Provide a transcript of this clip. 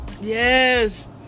Yes